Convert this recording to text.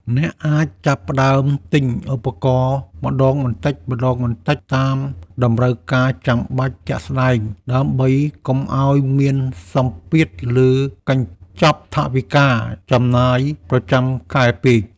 អ្នកអាចចាប់ផ្តើមទិញឧបករណ៍ម្តងបន្តិចៗតាមតម្រូវការចាំបាច់ជាក់ស្តែង ដើម្បីកុំឱ្យមានសម្ពាធលើកញ្ចប់ថវិកាចំណាយប្រចាំខែពេក។